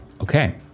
Okay